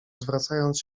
zwracając